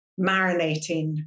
marinating